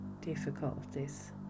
difficulties